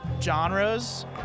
genres